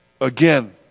Again